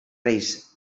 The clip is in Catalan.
reis